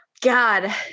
God